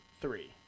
three